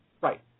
Right